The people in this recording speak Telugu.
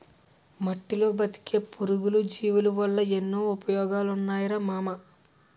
మట్టిలో బతికే పురుగులు, జీవులవల్ల ఎన్నో ఉపయోగాలున్నాయిరా మామా